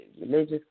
religious